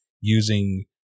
using